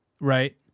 Right